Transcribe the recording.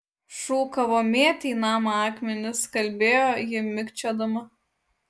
šūkavo mėtė į namą akmenis kalbėjo ji mikčiodama